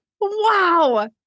Wow